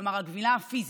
כלומר על הגמילה הפיזית,